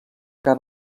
que